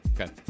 Okay